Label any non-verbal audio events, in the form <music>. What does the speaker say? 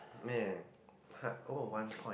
<noise> !huh! oh one point